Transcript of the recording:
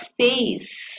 face